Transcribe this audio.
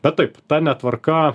bet taip ta netvarka